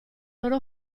loro